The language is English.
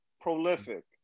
Prolific